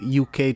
UK